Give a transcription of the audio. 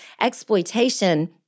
Exploitation